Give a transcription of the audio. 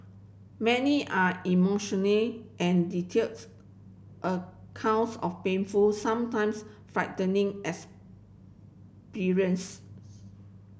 many are emotionally and details accounts of painful sometimes frightening